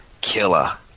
killer